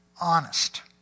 honest